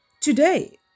today